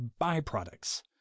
byproducts